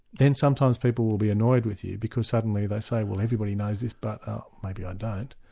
then sometimes people will be annoyed with you because suddenly they say, well everybody knows this but maybe i don't.